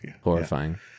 Horrifying